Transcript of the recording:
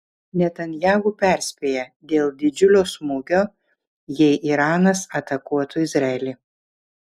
netanyahu perspėja dėl didžiulio smūgio jei iranas atakuotų izraelį